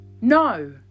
no